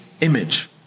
image